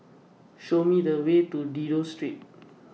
Show Me The Way to Dido Street